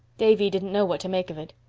davy didn't know what to make of it.